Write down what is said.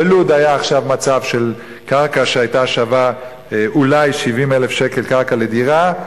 בלוד היה עכשיו מצב של קרקע שהיתה שווה אולי 70,000 שקל קרקע לדירה,